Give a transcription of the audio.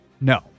No